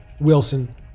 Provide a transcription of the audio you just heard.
Wilson